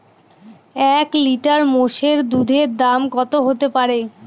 এক লিটার মোষের দুধের দাম কত হতেপারে?